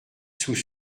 sous